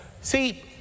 See